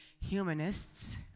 humanists